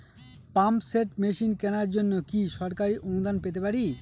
Pump set machine কেনার জন্য কি সরকারি অনুদান পেতে পারি?